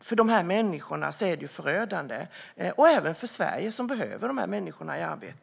förödande för dessa människor liksom för Sverige som behöver få dem i arbete.